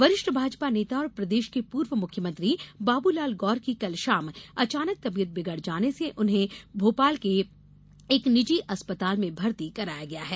वरिष्ठ भाजपा नेता और प्रदेश के पूर्व मुख्यमंत्री बाबूलाल गौर की कल शाम अचानक तबियत बिगड़ जाने से उन्हें भोपाल के एक निजी अस्पताल में भर्ती कराया गया है